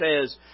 says